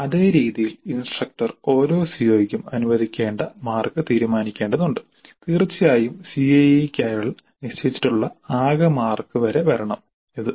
അതേ രീതിയിൽ ഇൻസ്ട്രക്ടർ ഓരോ സിഒയ്ക്കും അനുവദിക്കേണ്ട മാർക്ക് തീരുമാനിക്കേണ്ടതുണ്ട് തീർച്ചയായും സിഐഇയ്ക്കായി നിശ്ചയിച്ചിട്ടുള്ള ആകെ മാർക്ക് വരെ വരണംഇത്